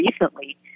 recently